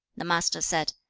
the master said,